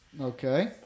Okay